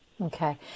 Okay